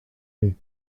lait